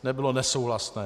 Nebylo nesouhlasné.